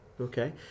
okay